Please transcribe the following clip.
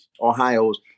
Ohio's